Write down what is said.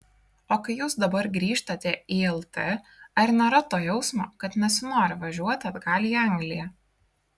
o kai jūs dabar grįžtate į lt ar nėra to jausmo kad nesinori važiuoti atgal į angliją